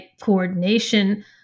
coordination